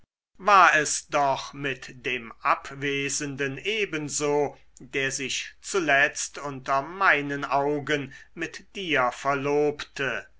war es doch mit dem abwesenden ebenso der sich zuletzt unter meinen augen mit dir verlobte